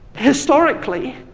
historically,